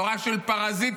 תורה של פרזיטיות,